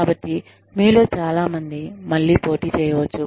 కాబట్టి మీలో చాలామంది మళ్లీ పోటీ చేయవచ్చు